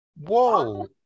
Whoa